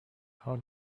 how